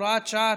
הוראות שעה),